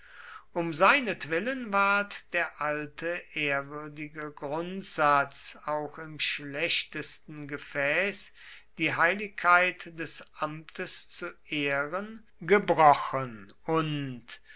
um seinetwillen ward der alte ehrwürdige grundsatz auch im schlechtesten gefäß die heiligkeit des amtes zu ehren gebrochen und